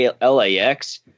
LAX